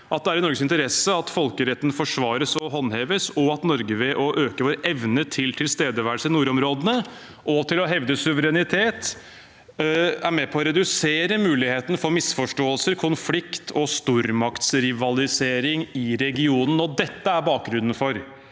at det er i Norges interesse at folkeretten forsvares og håndheves, og at Norge ved å øke vår evne til tilstedeværelse i nordområdene og til å hevde suverenitet er med på å redusere muligheten for misforståelser, konflikt og stormaktsrivalisering i regionen. Dette er bakgrunnen for